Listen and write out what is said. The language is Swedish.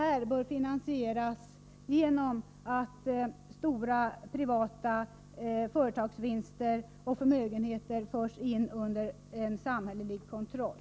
Det bör finansieras genom att stora privata företagsvinster och förmögenheter förs in under samhällelig kontroll.